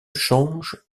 change